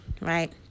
right